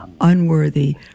unworthy